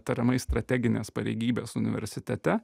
tariamai strateginės pareigybės universitete